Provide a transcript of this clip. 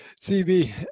CB